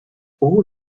all